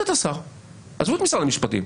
עזבו את משרד המשפטים.